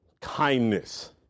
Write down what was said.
kindness